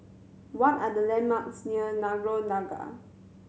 what are the landmarks near Nagore Dargah